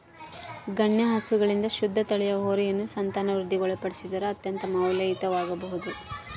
ಗಣ್ಯ ಹಸುಗಳಿಂದ ಶುದ್ಧ ತಳಿಯ ಹೋರಿಯನ್ನು ಸಂತಾನವೃದ್ಧಿಗೆ ಒಳಪಡಿಸಿದರೆ ಅತ್ಯಂತ ಮೌಲ್ಯಯುತವಾಗಬೊದು